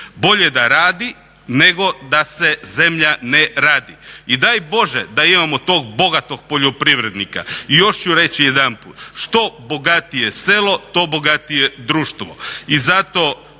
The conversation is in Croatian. Bolje da radi nego da se zemlja ne radi. I daj Bože da imamo tog bogatog poljoprivrednika. I još ću reći jedanput što bogatije selo, to bogatije društvo. I zato